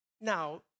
Now